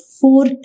four